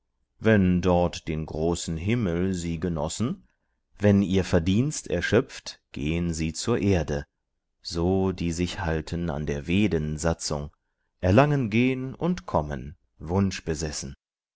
wenn dort den großen himmel sie genossen wenn ihr verdienst erschöpft gehn sie zur erde so die sich halten an der veden satzung erlangen gehn und kommen